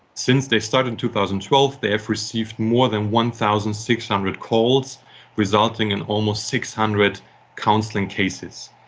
since they started in two thousand and twelve they have received more than one thousand six hundred calls resulting in almost six hundred counselling cases.